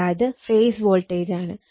അതായത് ഫേസ് വോൾട്ടേജാണ്